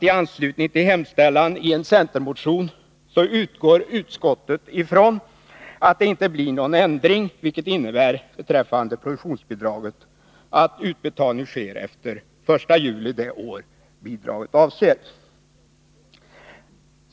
I anslutning till hemställan i en centermotion utgår utskottet från att det inte blir någon ändring, vilket beträffande produktionsbidraget innebär att utbetalning sker efter den 1 juli det år bidraget avser.